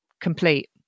complete